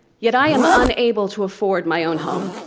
yet i am unable to afford my own home.